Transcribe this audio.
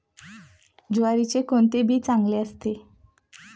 ज्वारीचे कोणते बी चांगले असते?